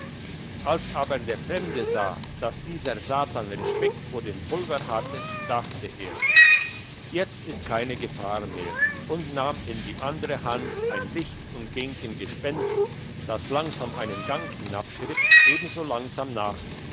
als aber der fremde sah dass dieser satan respekt vor dem pulver hatte dachte er jetzt ist keine gefahr mehr nahm in die andere hand ein licht und ging dem gespenst das langsam einen gang hinabschritt ebenso langsam nach